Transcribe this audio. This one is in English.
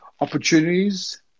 opportunities